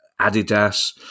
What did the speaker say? Adidas